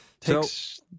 Takes